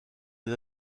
des